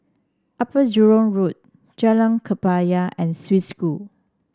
Upper Jurong Road Jalan Kebaya and Swiss School